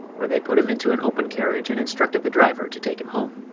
where they put him into an open carriage and instructed the driver to take him home.